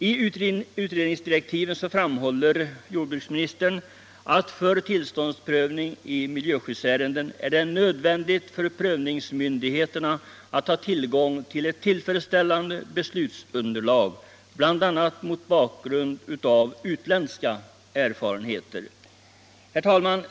I utredningsdirektiven framhåller jordbruksministern att det för tillståndsprövning i miljöskyddsärenden är nödvändigt för prövningsmyndigheterna att ha tillgång till ett tillfredsställande beslutsunderlag, bl.a. mot bakgrund av utländska erfarenheter. Herr talman!